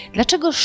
Dlaczego